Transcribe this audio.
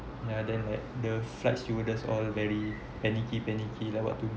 ya then like the flight stewardess all very panicky panicky like what to do